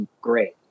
great